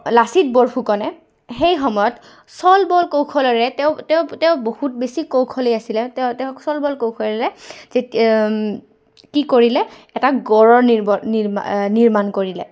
লাচিত বৰফুকনে সেই সময়ত চল বল কৌশলৰে তেওঁ তেওঁ তেওঁ বহুত বেছি কৌশলী আছিলে তেওঁ তেওঁ চল বল কৌশলৰে যে কি কৰিলে এটা গড়ৰৰ নিৰ্মাণ কৰিলে